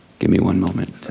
give me one moment.